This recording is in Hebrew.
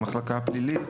במחלקה הפלילית,